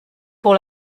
pour